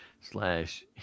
slash